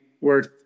worth